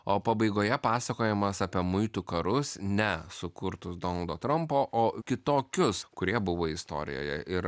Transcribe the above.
o pabaigoje pasakojimas apie muitų karus ne sukurtus donaldo trampo o kitokius kurie buvo istorijoje ir